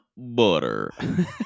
butter